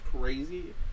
crazy